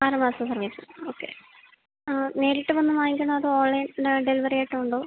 ആറ് മാസം service okay ആ നേരിട്ട് വന്ന് വാങ്ങിക്കണൊ അതോ ഓൺലൈൻ എന്നാ ഡെലിവറി ആയിട്ട് ഉണ്ടോ